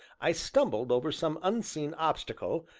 i stumbled over some unseen obstacle,